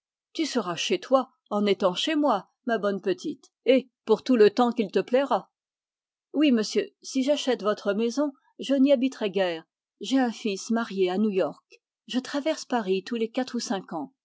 tu seras chez toi en étant chez moi ma bonne petite et pour tout le temps qu'il te plaira oui monsieur si j'achète votre maison je n'y habiterai guère j'ai un fils marié à new-york je traverse paris tous les quatre ou cinq ans